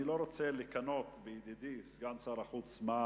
אני לא רוצה לקנא בידידי סגן שר החוץ, מה